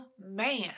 man